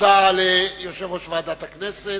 תודה ליושב-ראש ועדת הכנסת,